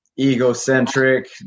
egocentric